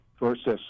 versus